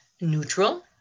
neutral